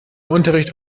unterricht